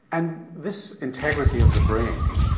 and this integrity of the brain,